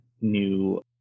new